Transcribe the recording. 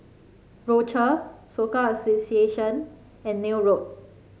Rochor Soka Association and Neil Road